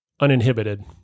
uninhibited